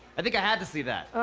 i think i had to see that.